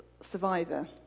survivor